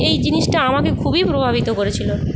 এই জিনিসটা আমাকে খুবই প্রভাবিত করেছিল